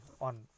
on